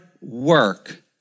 work